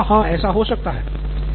professor संभवतः हाँ ऐसा हो सकता है